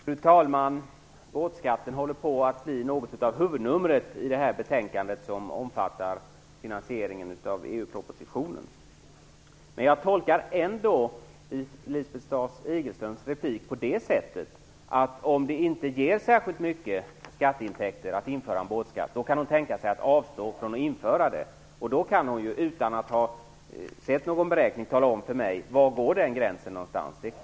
Fru talman! Båtskatten håller på att bli något av ett huvudnummer i detta betänkande, som omfattar finansieringen av EU-medlemskapet. Men jag tolkar ändå Lisbeth Staaf-Igelströms replik så, att om ett införande av båtskatt inte ger så särskilt mycket så kan hon tänka sig att man skall avstå från att införa den. Då kan hon ju utan att ha sett någon beräkning tala om för mig var gränsen går någonstans.